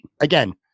again